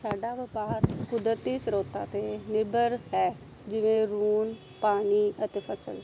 ਸਾਡਾ ਵਪਾਰ ਕੁਦਰਤੀ ਸਰੋਤਾਂ 'ਤੇ ਨਿਰਭਰ ਹੈ ਜਿਵੇਂ ਰੂਨ ਪਾਣੀ ਅਤੇ ਫ਼ਸਲ